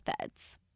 feds